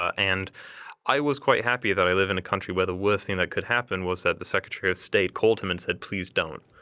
ah and i was quite happy that i live in a country where the worst thing that could happen was that the secretary of state called him and said please don't.